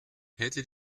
hätte